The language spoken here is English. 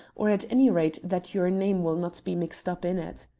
or at any rate that your name will not be mixed up in it.